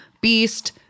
Beast